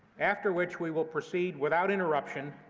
after which we will proceed without interruption